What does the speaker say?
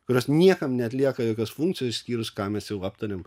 kurios niekam neatlieka jokios funkcijų išskyrus ką mes jau aptarėm